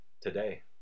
today